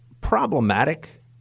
problematic